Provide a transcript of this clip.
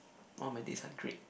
one my dates are great